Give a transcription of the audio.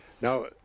Now